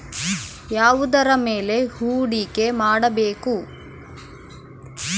ಯಾವುದರ ಮೇಲೆ ಹೂಡಿಕೆ ಮಾಡಬೇಕು?